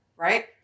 Right